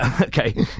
Okay